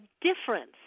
difference